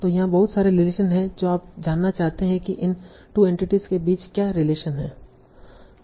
तों यहाँ बहुत सारे रिलेशन हैं जो आप जानना चाहते हैं कि इन 2 एंटिटीस के बीच क्या रिलेशन है